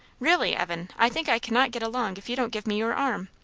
really, evan, i think i cannot get along if you don't give me your arm.